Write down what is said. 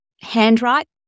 handwrite